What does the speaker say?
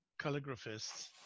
calligraphists